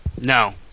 No